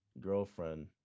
girlfriend